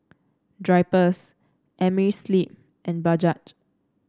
Drypers Amerisleep and Bajaj